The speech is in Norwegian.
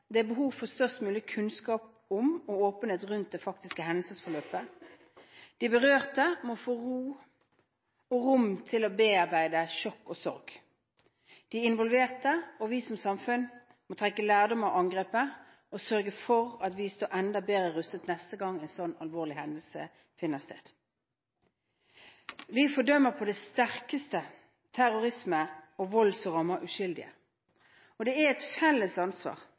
Det er behov for størst mulig kunnskap om og åpenhet rundt det faktiske hendelsesforløpet. De berørte må få ro og rom til å bearbeide sjokk og sorg. De involverte og vi som samfunn må trekke lærdom av angrepet og sørge for at vi står enda bedre rustet neste gang en sånn alvorlig hendelse finner sted. Vi fordømmer på det sterkeste terrorisme og vold som rammer uskyldige, og det er et felles ansvar